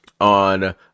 on